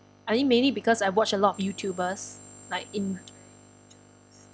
I mean maybe because I watch a lot of YouTubers like in